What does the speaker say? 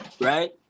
right